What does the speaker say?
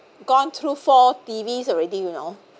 gone through four T_Vs already you know